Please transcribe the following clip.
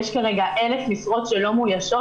יש כרגע אלף משרות שלא מאוישות,